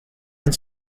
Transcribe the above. and